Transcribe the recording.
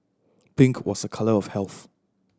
pink was a colour of health